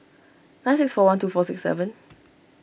nine six four one two four six seven